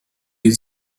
die